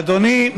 אדוני,